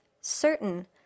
certain